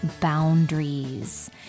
boundaries